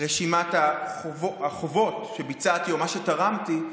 רשימת החובות שביצעתי או מה שתרמתי,